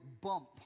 bump